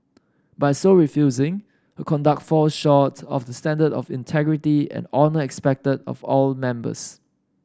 by so refusing her conduct falls short of the standard of integrity and honour expected of all members